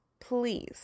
please